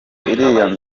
iriya